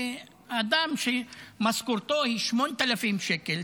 אדם שמשכורתו היא 8,000 שקל,